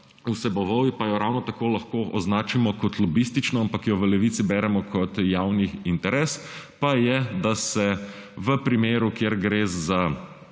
vseboval pa jo ravno tako lahko označimo kot lobistično, ampak jo v Levici beremo kot javni interes, je, da se v primeru, kjer gre za